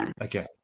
Okay